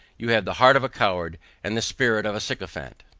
you have the heart of a coward, and the spirit of a sycophant.